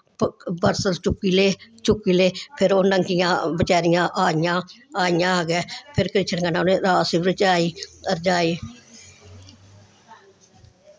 वस्त्र चुक्की ले चुक्की ले फिर ओह् नंगियां बेचारियां आइयां आइयां अग्गैं फिर कृष्ण कन्नै उ'नें रास रचाई